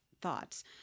thoughts